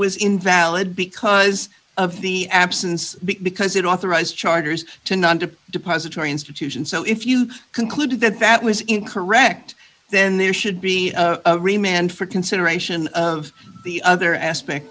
was invalid because of the absence because it authorized charters to not to depository institution so if you concluded that that was incorrect then there should be remained for consideration of the other aspect